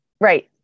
Right